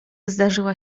zdarzyła